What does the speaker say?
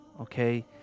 okay